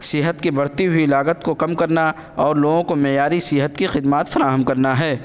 صحت کی بڑھتی ہوئی لاگت کو کم کرنا اور لوگوں کو معیاری صحت کی خدمات فراہم کرنا ہے